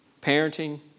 parenting